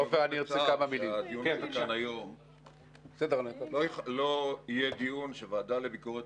הדיון כאן היום לא יהיה דיון שהוועדה לביקורת